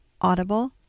Audible